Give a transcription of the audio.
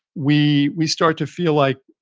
we we start to feel like,